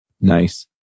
Nice